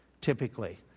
typically